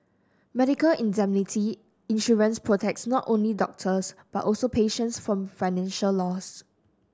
medical indemnity insurance protects not only doctors but also patients from financial loss